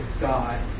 God